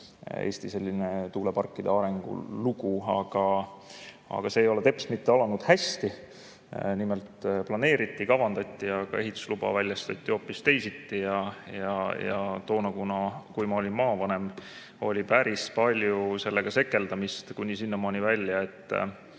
Eesti tuuleparkide arengulugu, aga see ei ole teps mitte alanud hästi. Nimelt, planeeriti ja kavandati, aga ehitusluba väljastati hoopis teisiti. Toona, kui ma olin maavanem, oli päris palju sellega sekeldamist, kuni sinnamaani välja,